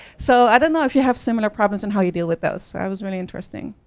so i don't know if you have similar problems and how you deal with this. i was really interesting,